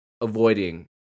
avoiding